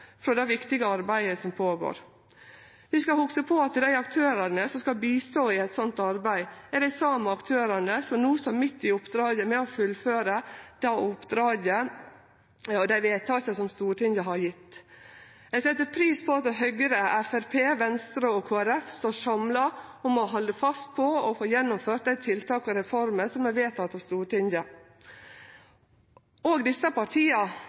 frå det viktige arbeidet som er i gang. Vi skal hugse på at dei aktørane som skal hjelpe til i eit slikt arbeid, er dei same aktørane som no står midt i oppdraget med å fullføre det oppdraget Stortinget har gjeve og dei vedtaka som er fatta. Eg set pris på at Høgre, Framstegspartiet, Venstre og Kristeleg Folkeparti står samla om å halde fast på å få gjennomført dei tiltaka og reformene som er vedtekne av Stortinget. Desse partia